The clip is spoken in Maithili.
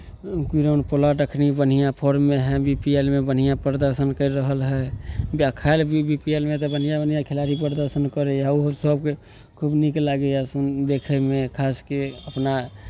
पोलार्ड एखन बढ़िआँ फॉर्ममे हइ आई पी एल मे बढ़िआँ प्रदर्शन करि रहल हइ खैर अभी आई पी एल मे तऽ बढ़िआँ बढ़िआँ खेलाड़ी प्रदर्शन करैए ओहोसभके खूब नीक लागैए देखयमे खास कऽ अपना